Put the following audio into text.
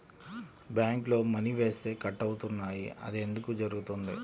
బ్యాంక్లో మని వేస్తే కట్ అవుతున్నాయి అది ఎందుకు జరుగుతోంది?